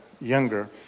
younger